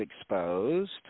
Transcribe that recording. exposed